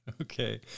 Okay